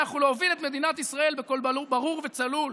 ולהוביל את מדינת ישראל בקול ברור וצלול.